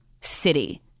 city